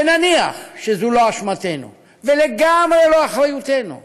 ונניח שזו לא אשמתנו ולגמרי לא אחריותנו,